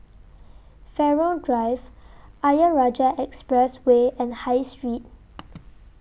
Farrer Drive Ayer Rajah Expressway and High Street